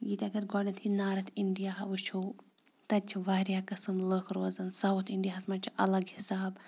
ییٚتہِ اگر گۄڈنٮ۪تھٕے نارٕتھ اِنڈیا وٕچھو تَتہِ چھِ واریاہ گژھن لُکھ روزان ساوُتھ اِنڈیاہَس منٛز چھِ الگ حِساب